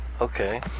Okay